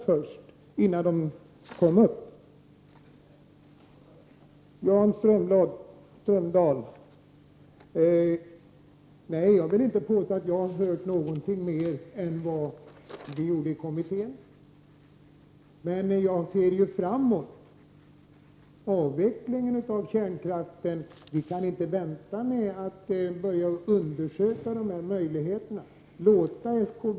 Jag vill inte påstå, Jan Strömdahl, att jag har hört någonting mer än det som har framkommit i kommittén. Men jag ser framåt. Vad gäller frågan om avvecklingen av kärnkraften kan vi inte vänta med att undersöka hur avfallet skall förvaras.